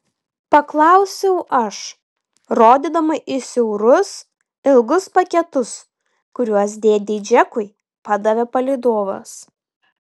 paklausiau aš rodydama į siaurus ilgus paketus kuriuos dėdei džekui padavė palydovas